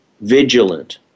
vigilant